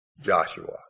Joshua